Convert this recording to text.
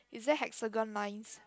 is that hexagon lines